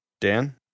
Dan